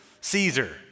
Caesar